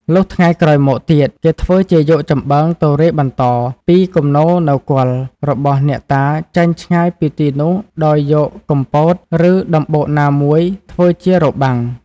លុះថ្ងៃក្រោយមកទៀតគេធ្វើជាយកចំបើងទៅរាយបន្តពីគំនរនៅគល់ របស់អ្នកតាចេញឆ្ងាយពីទីនោះដោយយកគុម្ពោត ឬ ដំបូកណាមួយធ្វើជារបាំង។